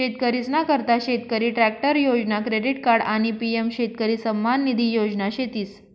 शेतकरीसना करता शेतकरी ट्रॅक्टर योजना, क्रेडिट कार्ड आणि पी.एम शेतकरी सन्मान निधी योजना शेतीस